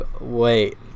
wait